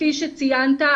כפי שציינת,